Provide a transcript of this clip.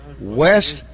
West